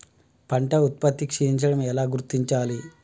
పంట ఉత్పత్తి క్షీణించడం ఎలా గుర్తించాలి?